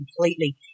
completely